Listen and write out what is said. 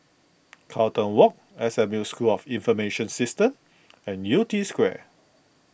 Carlton Walk S M U School of Information Systems and Yew Tee Square